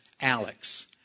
Alex